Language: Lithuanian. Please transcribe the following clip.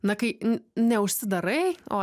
na kai neužsidarai o